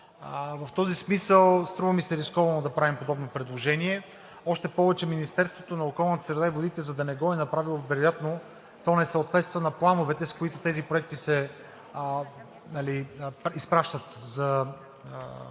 В този смисъл струва ми се рисковано да правим подобно предложение. Още повече Министерството на околната среда и водите, за да не го е направило, вероятно то не съответства на плановете, с които тези проекти се изпращат за